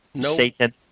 Satan